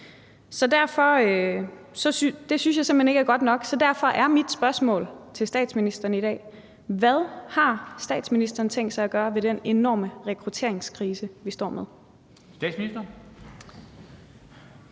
Så derfor er mit spørgsmål til statsministeren i dag: Hvad har statsministeren tænkt sig at gøre ved den enorme rekrutteringskrise, vi står med?